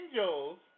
angels